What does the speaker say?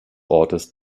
ortes